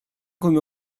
come